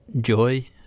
joy